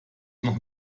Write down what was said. noch